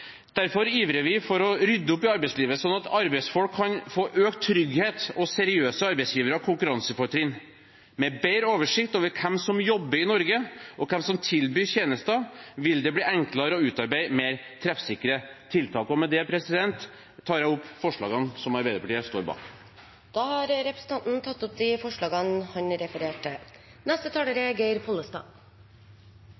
Derfor ivrer vi for å rydde opp i arbeidslivet, sånn at arbeidsfolk kan få økt trygghet og seriøse arbeidsgivere konkurransefortrinn. Med bedre oversikt over hvem som jobber i Norge, og hvem som tilbyr tjenester, vil det bli enklere å utarbeide mer treffsikre tiltak. Med det tar jeg opp forslagene som Arbeiderpartiet står bak. Representanten Arild Grande har tatt opp de forslagene han refererte til.